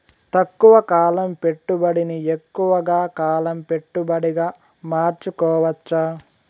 తక్కువ కాలం పెట్టుబడిని ఎక్కువగా కాలం పెట్టుబడిగా మార్చుకోవచ్చా?